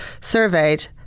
surveyed